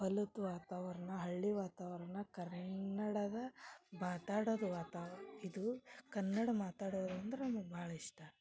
ಹೊಲದ ವಾತಾವರಣ ಹಳ್ಳಿ ವಾತಾವರಣ ಕನ್ನಡದ ಮಾತಾಡೋದು ವಾತಾ ಇದು ಕನ್ನಡ ಮಾತಾಡೋರು ಅಂದ್ರ ನಮ್ಗ ಭಾಳ ಇಷ್ಟ